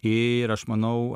ir aš manau